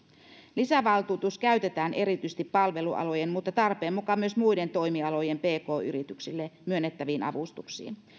lisävaltuutus käytetään erityisesti palvelualojen mutta tarpeen mukaan myös muiden toimialojen pk yrityksille myönnettäviin avustuksiin